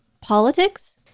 politics